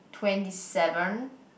twenty seven